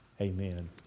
Amen